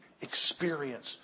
experience